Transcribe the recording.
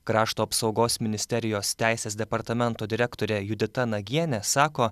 krašto apsaugos ministerijos teisės departamento direktorė judita nagienė sako